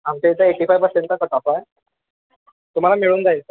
आमच्या इथं eighty five पर्सेंटचा कटआप आहे तुम्हाला मिळून जाईल सर